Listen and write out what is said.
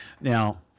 now